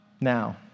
now